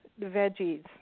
veggies